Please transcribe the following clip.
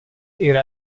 era